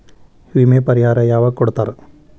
ವಿಮೆ ಪರಿಹಾರ ಯಾವಾಗ್ ಕೊಡ್ತಾರ?